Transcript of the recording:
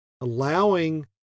allowing